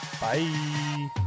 Bye